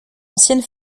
ancienne